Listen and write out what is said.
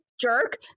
jerk